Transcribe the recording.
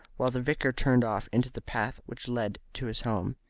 while the vicar turned off into the path which led to his home.